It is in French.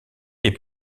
est